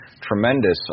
tremendous